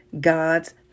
God's